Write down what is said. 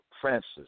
Francis